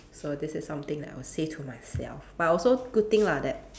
so this is something that I will say to myself but also good thing lah that